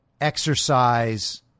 exercise